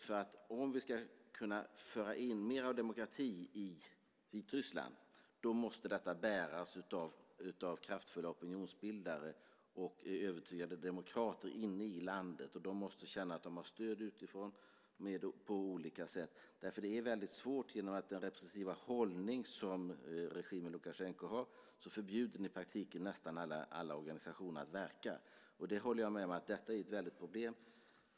För att vi ska kunna föra in mer demokrati i Vitryssland måste detta bäras av kraftfulla opinionsbildare och övertygade demokrater inne i landet. De måste känna att de har stöd utifrån på olika sätt. Genom den repressiva hållningen från Lukasjenkoregimen förbjuds i praktiken nästan alla organisationer att verka. Jag håller med om att detta är ett väldigt stort problem.